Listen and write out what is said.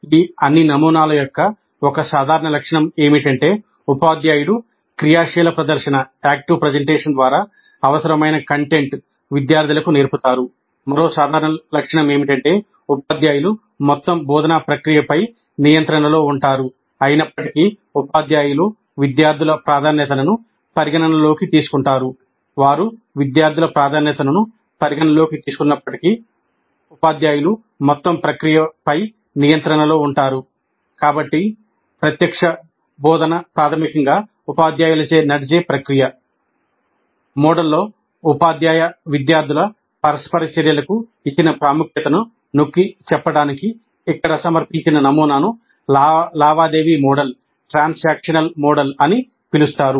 ఈ అన్ని నమూనాల యొక్క ఒక సాధారణ లక్షణం ఏమిటంటే ఉపాధ్యాయుడు క్రియాశీల ప్రదర్శన అని పిలుస్తారు